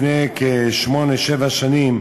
לפני כשמונה, שבע שנים,